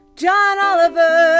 john oliver,